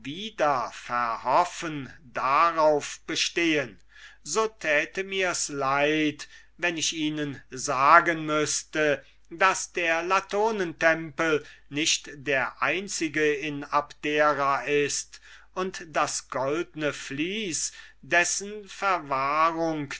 verhoffen darauf bestehen so täte mirs leid wenn ich ihnen sagen müßte daß der latonentempel nicht der einzige in abdera ist und das goldne vließ dessen verwahrung